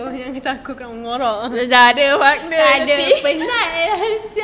takde penat uh sia